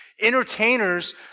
entertainers